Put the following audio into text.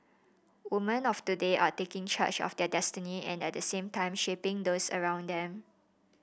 woman of today are taking charge of their destiny and at the same shaping those around them